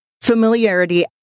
familiarity